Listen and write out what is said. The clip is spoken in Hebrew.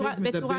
הזיכיון.